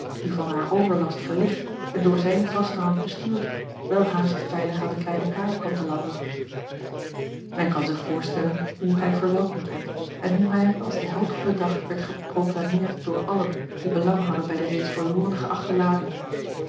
die van haar overlast verlicht en door zijn vaste hand bestuurd welhaast veilig aan de kleine kaai kwam te landen men kan zich voorstellen hoe hij verwelkomd werd en hoe hij als de held van den dag werd geproclameerd door allen die belang hadden bij de reeds verloren geachte lading